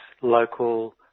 local